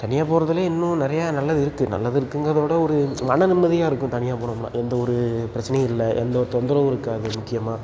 தனியாக போவதுலையும் இன்னும் நிறையா நல்லது இருக்குது நல்லது இருக்குதுங்கறத விட ஒரு மன நிம்மதியாக இருக்கும் தனியாக போனோம்னால் எந்த ஒரு பிரச்சனையும் இல்லை எந்த ஒரு தொந்தரவும் இருக்காது முக்கியமாக